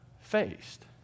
faced